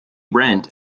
rent